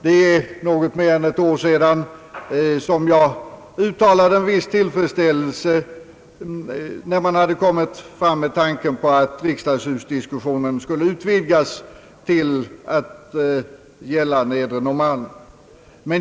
Det är något mer än ett år sedan som jag uttalade viss tillfredsställelse över att man hade kommit fram med tanken på att riksdagshusdiskussionen skulle utvidgas till att gälla även Nedre Norrmalm.